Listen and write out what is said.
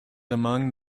among